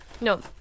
no